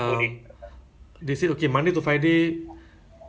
um for two to four days a week